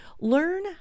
learn